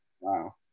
Wow